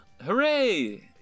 Hooray